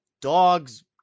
dogs